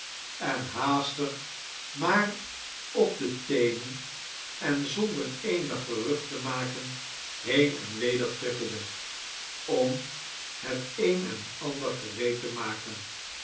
en haastig maar op de teenen en zonder eenig gerucht te maken heen en weder trippelde om het een en ander gereed te maken